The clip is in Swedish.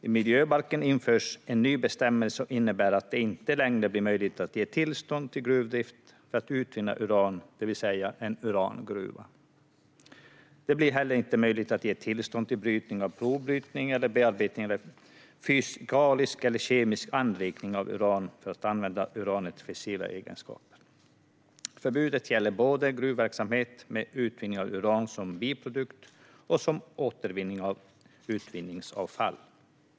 I miljöbalken införs en ny bestämmelse som innebär att det inte längre blir möjligt att ge tillstånd till gruvdrift för att utvinna uran, det vill säga till en urangruva. Det blir inte heller möjligt att ge tillstånd till brytning, provbrytning, bearbetning eller fysikalisk eller kemisk anrikning av uran för att använda uranets fissila egenskaper. Förbudet gäller både för gruvverksamhet med utvinning av uran som biprodukt och för återvinning av utvinningsavfall.